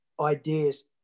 ideas